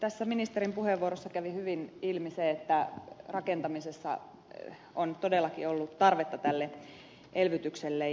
tässä ministerin puheenvuorossa kävi hyvin ilmi se että rakentamisessa on todellakin ollut tarvetta tälle elvytykselle